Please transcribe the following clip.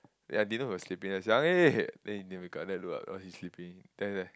ya Dylan was sleeping then after that Xiang-Yi then he never wake up then I look up oh he's sleeping then he's like